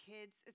kids